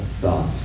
thought